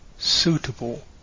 suitable